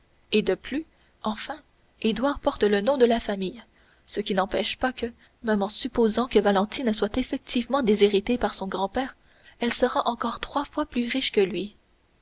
et de plus enfin édouard porte le nom de la famille ce qui n'empêche pas que même en supposant que valentine soit effectivement déshéritée par son grand-père elle sera encore trois fois plus riche que lui